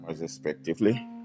respectively